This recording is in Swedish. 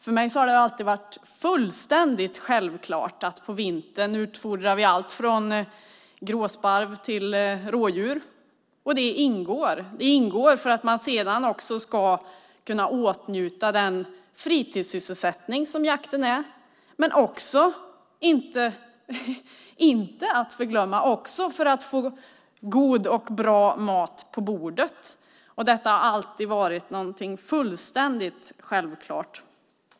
För mig har det alltid varit fullständigt självklart att på vintern utfodra allt från gråsparv till rådjur. Det ingår för att man sedan också ska kunna åtnjuta den fritidssysselsättning som jakten är men också för att man, inte att förglömma, ska få god och bra mat på bordet. Detta har alltid varit något fullständigt självklart.